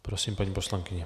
Prosím, paní poslankyně.